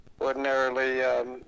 ordinarily